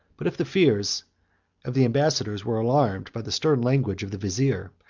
but if the fears of the ambassadors were alarmed by the stern language of the vizier,